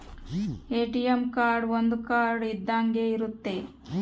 ATM card ಒಂದ್ card ಇದ್ದಂಗೆ ಇರುತ್ತೆ